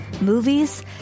movies